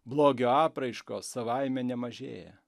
blogio apraiškos savaime nemažėja